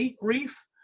reef